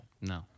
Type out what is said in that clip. No